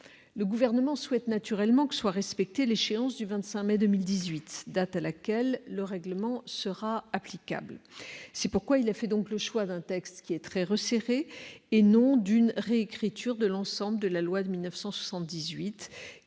Le Gouvernement souhaite naturellement que soit respectée l'échéance du 25 mai 2018, date à laquelle le règlement européen sera applicable. C'est pourquoi il a fait le choix d'un texte très resserré, et non d'une réécriture de l'ensemble de la loi de 1978,